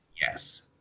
Yes